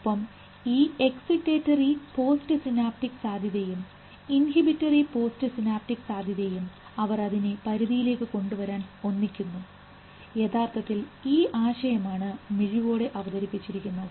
ഒപ്പം ഈ excitatory post synaptic സാധ്യതയും ഇൻഹിബിറ്ററി പോസ്റ്റ് സിനാപ്റ്റിക് സാധ്യതയും അവർ അതിനെ പരിധിയിലേക്ക് കൊണ്ടുവരാൻ ഒന്നിക്കുന്നു യഥാർത്ഥത്തിൽ ഈ ആശയം ആണ് മിഴിവോടെ അവതരിപ്പിച്ചിരിക്കുന്നത്